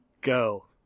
Go